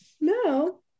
No